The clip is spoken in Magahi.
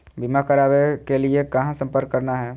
बीमा करावे के लिए कहा संपर्क करना है?